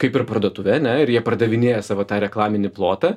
kaip ir parduotuvė ane ir jie pardavinėja savo tą reklaminį plotą